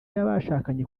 y’abashakanye